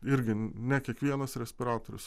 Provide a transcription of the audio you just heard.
irgi ne kiekvienas respiratorius